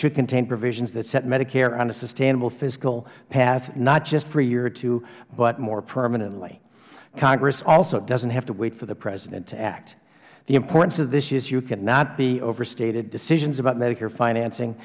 contain provisions that set medicare on a sustainable fiscal path not just for a year or two but more permanently congress also doesn't have to wait for the president to act the importance of this issue cannot be overstated decisions about medicare financing